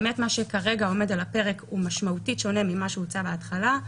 מה שכרגע עומד על הפרק הוא משמעותית שונה ממה שהוצע בהתחלה,